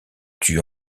tue